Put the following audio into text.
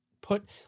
put